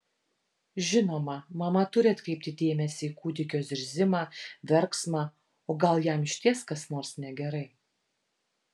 žinoma mama turi atkreipti dėmesį į kūdikio zirzimą verksmą o gal jam išties kas nors negerai